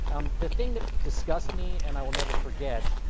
um the thing that disgusts me, and i will never forget,